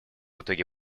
итоге